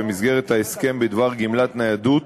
בהסכם בדבר גמלת ניידות